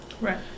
right